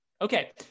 Okay